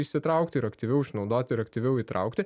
įsitraukti ir aktyviau išnaudoti ir aktyviau įtraukti